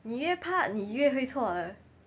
你越怕你越会错的